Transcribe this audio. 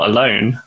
Alone